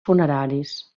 funeraris